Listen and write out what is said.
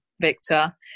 Victor